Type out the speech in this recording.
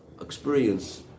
experience